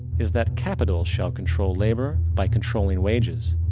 is that capital shall control labor by controlling wages.